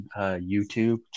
YouTube